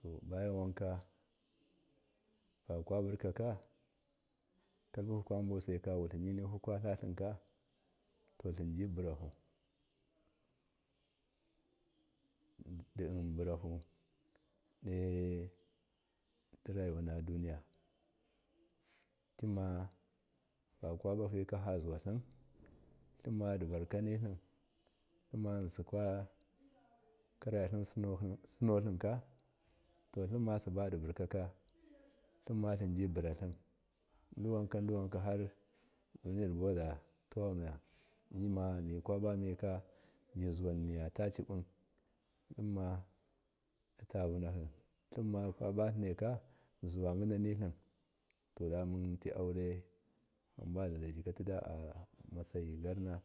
Tobuyan wanka fakwa vurkaka kalpuku kwabusaiba wutliminihu watlatlinka to tlinjiburahu diburahu durayuwa na duniya tima fakwabafaika fazuwa attlim, tlima divurka nitlim, tlimma yinsi kuwakarayathm sinoka tlemma gibadivur we tlima tlim ji buratlim diwanka diwaka har duniya dibuwa mimamikabamaika mizuwatacibu tlimma ditavunari tlimma kwaba tlinaika dizuwa sinanelim damati cure hanbadezai tida matsayi gurna